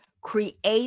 Create